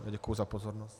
Děkuji za pozornost.